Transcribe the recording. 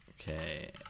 okay